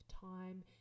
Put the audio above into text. time